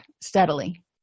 steadily